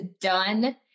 done